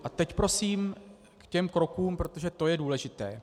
A teď prosím k těm krokům, protože to je důležité.